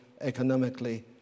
economically